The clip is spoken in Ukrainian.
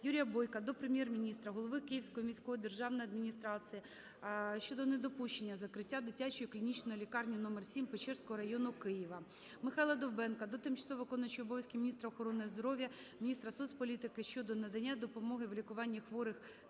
Юрія Бойка до Прем'єр-міністра, голови Київської міської державної адміністрації щодо недопущення закриття Дитячої клінічної лікарні № 7 Печерського району Києва. Михайла Довбенка до тимчасово виконуючої обов'язки міністра охорони здоров'я, міністра соцполітики щодо надання допомоги в лікуванні хворих